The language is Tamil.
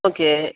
ஓகே